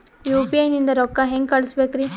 UPI ನಿಂದ ರೊಕ್ಕ ಹೆಂಗ ಕಳಸಬೇಕ್ರಿ?